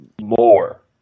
more